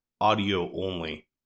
audio-only